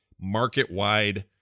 market-wide